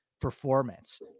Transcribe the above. performance